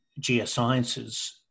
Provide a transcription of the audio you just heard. geosciences